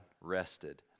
rested